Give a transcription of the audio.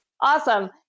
Awesome